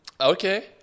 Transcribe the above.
Okay